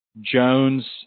Jones